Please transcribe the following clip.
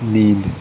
نیند